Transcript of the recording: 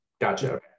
Gotcha